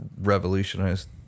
revolutionized